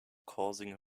causing